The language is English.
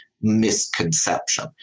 misconception